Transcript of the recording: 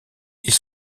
ils